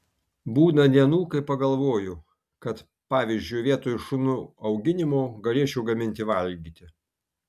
būna dienų kai pagalvoju kad pavyzdžiui vietoj šunų auginimo galėčiau gaminti valgyti